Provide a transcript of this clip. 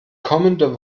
kommende